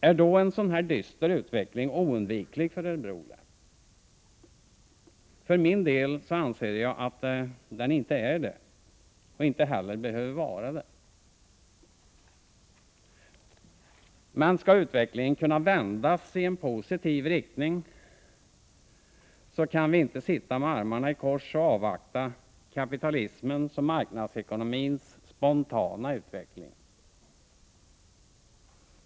Är då en så här dyster utveckling oundviklig för Örebro län? För min del anser jag att den inte är det och att det inte behöver bli så. Men skall utvecklingen kunna vändas ii en positiv riktning, kan vi inte sitta med armarna i kors och avvakta kapitalismens och marknadsekonomins spontana utveckling.